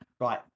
Right